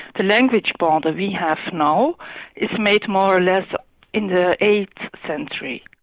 the language border we have now is made more or less in the eighth century.